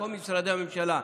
כל משרדי הממשלה.